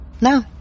no